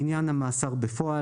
לעניין המאסר בפועל